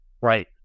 Right